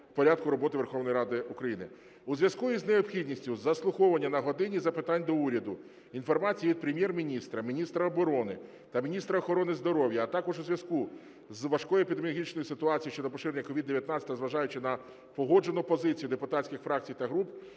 У зв'язку із необхідністю заслуховування "на годині запитань до Уряду" інформації від Прем'єр-міністра, міністра оборони та міністра охорони здоров'я, а також у зв'язку з важкою епідеміологічною ситуацією щодо поширення COVID-19 та зважаючи на погоджену позицію депутатських фракцій та груп,